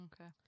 Okay